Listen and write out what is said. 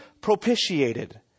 propitiated